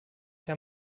herr